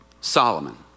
Solomon